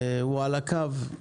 והוא על הקו.